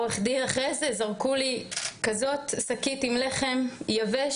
אחרי זה זרקו לי כזאת שקית עם לחם יבש,